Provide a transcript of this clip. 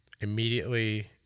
immediately